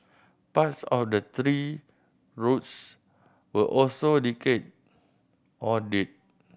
parts of the tree roots were also decayed or dead